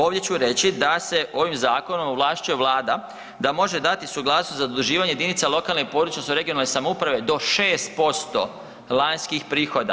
Ovdje ću reći da se ovim zakonom ovlašćuje Vlada da može dati suglasnost zaduživanje jedinica lokalne i područne odnosno regionalne samouprave do 6% lanjskih prihoda.